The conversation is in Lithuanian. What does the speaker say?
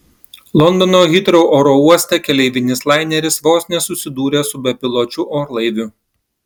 londono hitrou oro uoste keleivinis laineris vos nesusidūrė su bepiločiu orlaiviu